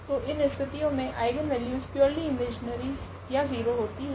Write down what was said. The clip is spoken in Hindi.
तो इन स्थितियों मे आइगनवेल्यूस प्यूरली इमेजीनरी या 0 होती है